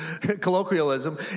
colloquialism